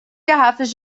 garrafas